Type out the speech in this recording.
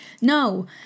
No